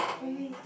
oh wait